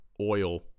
oil